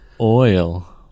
Oil